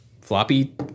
floppy